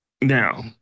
Now